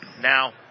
now